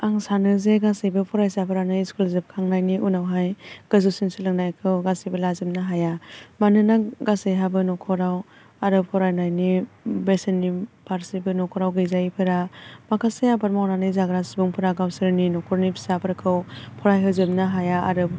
आं सानो जे गासैबो फरायसाफ्रानो इस्कुल जोबखांनायनि उनावहाय गोजौसिन सोलोंथाइखौ गासैबो लानो हाया मानोना गासैहाबो न'खराव आरो फरायनायनि बेसेननि फारसेबो न'खराव गैजायैफोरा माखासे आबाद मावनानै जाग्रा सुबुंफोरा गावसोरनि न'खरनि फिसाफोरखौ फरायहोजोबनो हाया आरो